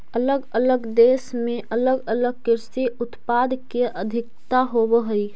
अलग अलग देश में अलग अलग कृषि उत्पाद के अधिकता होवऽ हई